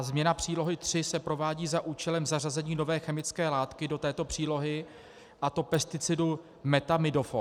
Změna Přílohy III se provádí za účelem zařazení nové chemické látky do této přílohy, a to pesticidu methamidofos.